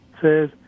says